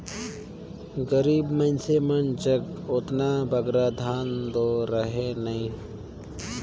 गरीब मइनसे मन जग ओतना बगरा धन दो रहें नई